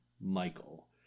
Michael